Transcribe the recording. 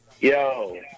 Yo